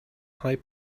high